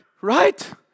right